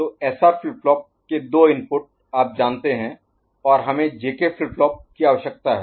तो SR flip flop के दो इनपुट आप जानते हैं और हमें जेके फ्लिप फ्लॉप की आवश्यकता है